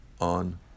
on